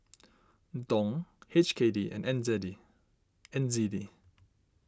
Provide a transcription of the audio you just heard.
Dong H K D and N Z D N Z D